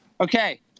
Okay